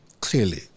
clearly